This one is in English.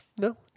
no